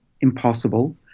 impossible